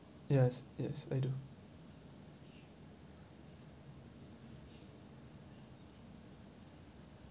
yes yes I do